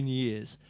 years